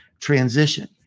transition